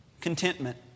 Contentment